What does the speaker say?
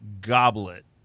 goblet